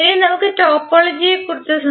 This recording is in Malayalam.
ഇനി നമുക്ക് ടോപ്പോളജിയെക്കുറിച്ച് സംസാരിക്കാം